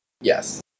Yes